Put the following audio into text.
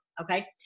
Okay